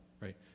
right